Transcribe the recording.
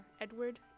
Edward